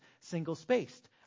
single-spaced